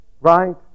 right